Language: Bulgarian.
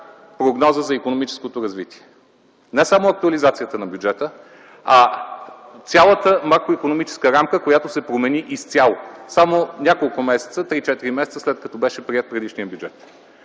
прогноза за икономическото развитие. Не само актуализацията на бюджета, а цялата макроикономическа рамка, която се промени изцяло само няколко месеца, 3-4 месеца, след като беше приет предишният бюджет!